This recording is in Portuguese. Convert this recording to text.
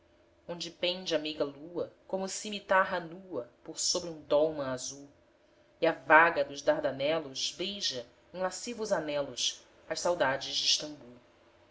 onde pende a meiga lua como cimitarra nua por sobre um dólmã azul e a vaga dos dardanelos beija em lascivos anelos as saudades de stambul